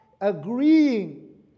Agreeing